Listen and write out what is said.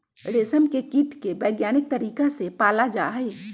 रेशम के कीट के वैज्ञानिक तरीका से पाला जाहई